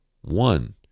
one